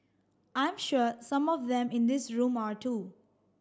I'm sure some of them in this room are too